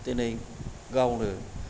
दिनै गावनो